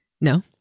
No